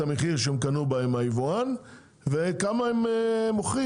המחיר שהם קנו מהיבואן ובכמה הם מוכרים.